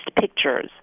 pictures